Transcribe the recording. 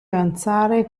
avanzare